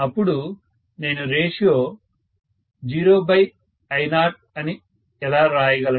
అపుడు నేను ratio 0I0 అని ఎలా రాయగలను